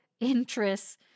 interests